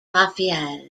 rafael